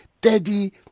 Daddy